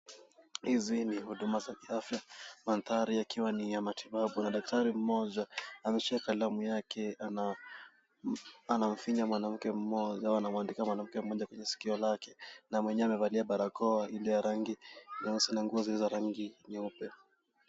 Hizi ni huduma za kiafya mandhari yakiwa ni ya matibabu na daktari mmoja ameshika kalamu yake anamfinya mwanamke mmoja au anamwandika mwanamke mmoja kwenye sikio lake na mwenyewe amevalia barakoa ile ya rangi nyeusi na nguo zilizo za rangi nyeupe.